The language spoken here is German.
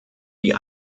die